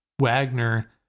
Wagner